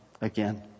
again